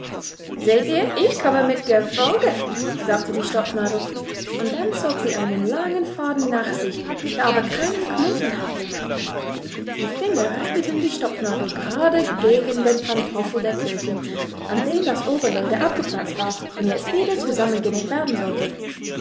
seht ihr ich komme mit gefolge sagte die stopfnadel und dann zog sie einen langen faden nach sich der aber keinen knoten hatte die finger richteten die stopfnadel gerade gegen den pantoffel der köchin an dem das oberleder abgeplatzt war und jetzt wieder zusammengenäht werden sollte